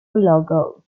logo